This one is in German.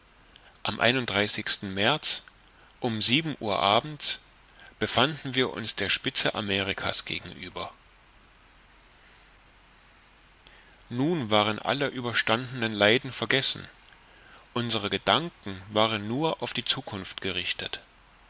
am märz um sieben uhr abends befanden wir uns der spitze amerika's gegenüber nun waren alle überstandenen leiden vergessen unsere gedanken waren nur auf die zukunft gerichtet